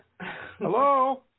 Hello